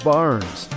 Barnes